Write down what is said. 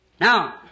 Now